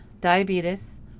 diabetes